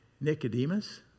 Nicodemus